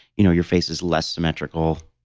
you know your face is less symmetrical,